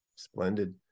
Splendid